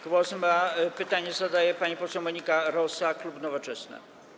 Głos ma, pytanie zadaje pani poseł Monika Rosa, klub Nowoczesna.